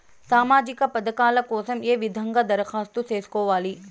సామాజిక పథకాల కోసం ఏ విధంగా దరఖాస్తు సేసుకోవాలి